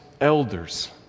elders